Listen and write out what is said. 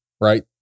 right